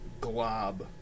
glob